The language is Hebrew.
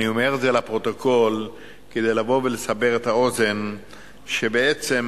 אני אומר את זה לפרוטוקול כדי לסבר את האוזן שבעצם,